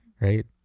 Right